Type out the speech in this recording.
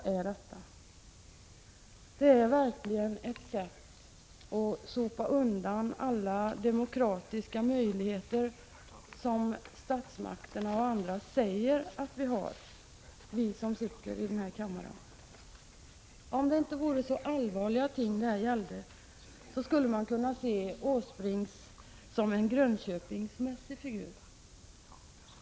Vad är detta? Det är verkligen ett sätt att sopa undan alla de demokratiska möjligheter som statsmakterna och andra säger att vi har, vi som sitter i denna kammare. Om det inte vore så allvarliga ting det gällde, skulle man kunna se Åsbrink som en figur från Grönköping.